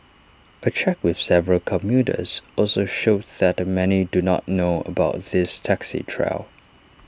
A check with several commuters also showed that many do not know about this taxi trial